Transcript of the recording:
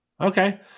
Okay